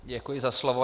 Děkuji za slovo.